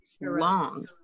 long